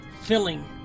filling